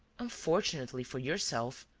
unfortunately for yourself,